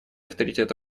авторитет